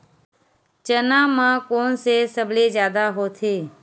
चना म कोन से सबले जादा होथे?